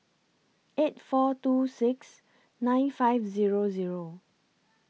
eight four two six nine five Zero Zero